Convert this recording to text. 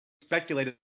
speculated